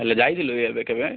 ହେଲେ ଯାଇଥିଲ କି ଏବେ କେବେ